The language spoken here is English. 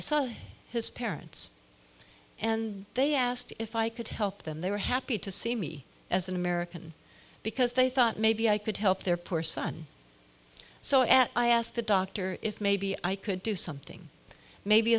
i saw his parents and they asked if i could help them they were happy to see me as an american because they thought maybe i could help their poor son so at i asked the doctor if maybe i could do something maybe